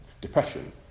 depression